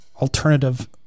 alternative